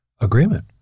agreement